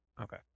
Okay